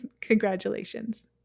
Congratulations